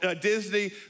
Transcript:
Disney